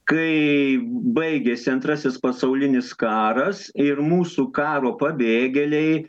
kai baigėsi antrasis pasaulinis karas ir mūsų karo pabėgėliai